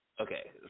okay